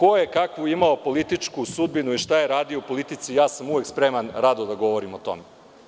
Ko je kakvu imao političku sudbinu i šta je radio u politici, ja sam uvek spreman rado da govorim o tome.